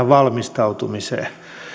valmistautumiseen